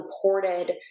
supported